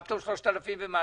מה פתאום 3,000 ומשהו?